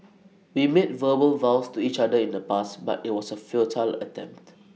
we made verbal vows to each other in the past but IT was A futile attempt